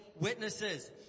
witnesses